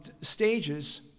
stages